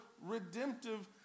redemptive